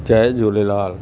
Jay Jhulelal